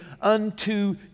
unto